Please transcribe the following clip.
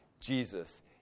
Jesus